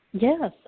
Yes